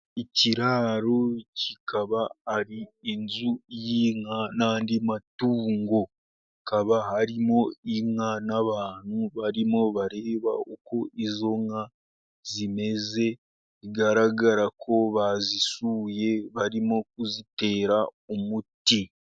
Ikiraro kikaba ari inzu y'inka n'andi matungo, hakaba harimo inka n'abantu barimo bareba uko izo nka zimeze, bigaragara ko bazisuye barimo kuzitera umuti.